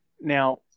Now